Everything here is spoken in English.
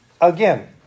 again